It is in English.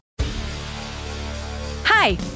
Hi